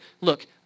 look